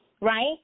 right